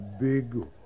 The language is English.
big